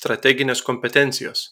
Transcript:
strateginės kompetencijos